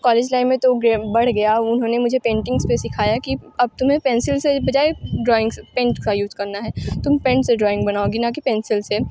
college life में तो वो बढ़ गया उन्होंने मुझे पेंटिंग्स पर सिखाया कि अब तुम्हें पेंसिल के बजाए ड्रॉइंग्स पेन का यूज़ करना है तुम पेन से ड्रॉइंग बनाओगी ना कि पेंसिल से